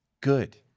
good